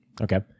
Okay